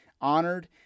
honored